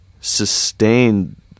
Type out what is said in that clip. sustained